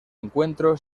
encuentro